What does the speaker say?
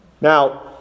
Now